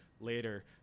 later